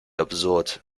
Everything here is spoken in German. absurd